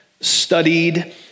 studied